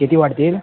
किती वाढतील